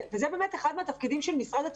זה אחד מהתפקידים של משרד התפוצות,